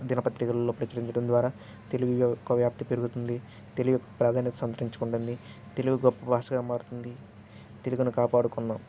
దినపత్రికలల్లో ప్రచురించడం ద్వారా తెలుగు యొక్క వ్యాప్తి పెరుగుతుంది తెలుగు ప్రాధాన్యత సంతరించుకుంటుంది తెలుగు గొప్ప భాషగా మారుతుంది తెలుగుని కాపాడుకుందాం